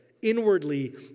inwardly